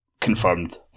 confirmed